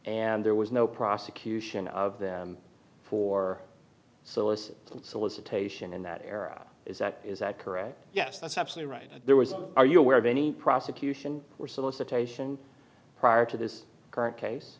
and there was no prosecution of them for so as solicitation in that era is that is that correct yes that's absolutely right and there was a are you aware of any prosecution or solicitation prior to this current case